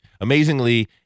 Amazingly